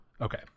Okay